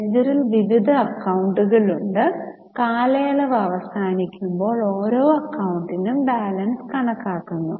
ലെഡ്ജറിൽ വിവിധ അക്കൌണ്ടുകളുണ്ട് കാലയളവ് അവസാനിക്കുമ്പോൾ ഓരോ അക്കൌണ്ടിനും ബാലൻസ് കണക്കാക്കുന്നു